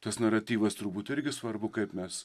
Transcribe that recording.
tas naratyvas turbūt irgi svarbu kaip mes